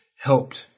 helped